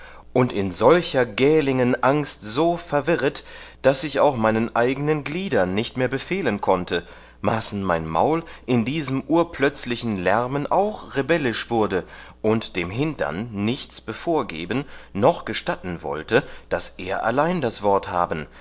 und in solcher gählingen angst so verwirret daß ich auch meinen eigenen gliedern nicht mehr befehlen konnte maßen mein maul in diesem urplötzlichen lärmen auch rebellisch wurde und dem hindern nichts bevorgeben noch gestatten wollte daß er allein das wort haben